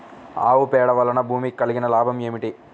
ఆవు పేడ వలన భూమికి కలిగిన లాభం ఏమిటి?